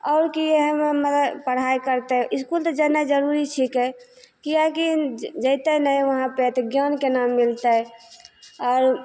आओर की इएहमे मतलब पढ़ाइ करतै इसकुल तऽ जेनाइ जरुरी छिकै किएकि जैतै नहि वहाँ पे तऽ ज्ञान केना मिलतै आओर